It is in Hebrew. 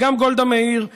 וגם גולדה מאיר,